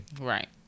Right